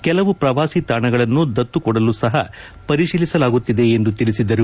ಕೆಲವು ಪ್ರವಾಸಿ ತಾಣಗಳನ್ನು ದತ್ತು ಕೊಡಲು ಸಹ ಪರಿಶೀಲಿಸಲಾಗುತ್ತಿದೆ ಎಂದು ತಿಳಿಸಿದರು